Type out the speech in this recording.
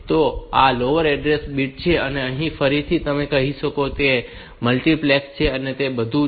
તો આ lower address bits છે અને ફરીથી તમે કહી શકો કે તે મલ્ટિપ્લેક્સ્ડ છે અને તે બધું છે